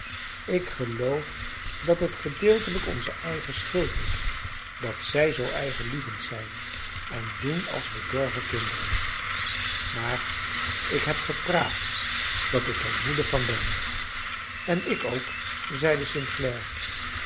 ik geloof dat het gedeeltelijk onze eigen schuld is dat zij zoo eigenlievend zijn en doen als bedorven kinderen maar ik heb gepraat dat ik er moede van ben en ik ook zeide st